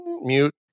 Mute